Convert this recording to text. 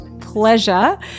pleasure